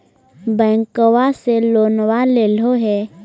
बैंकवा से लोनवा लेलहो हे?